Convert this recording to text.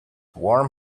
warm